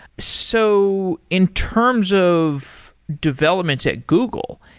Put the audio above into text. so in terms of developments at google,